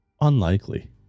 unlikely